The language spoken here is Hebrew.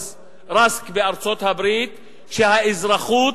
Ruskבארצות-הברית, שהאזרחות